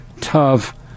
tough